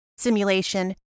Simulation